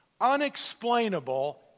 unexplainable